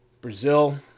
brazil